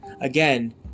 again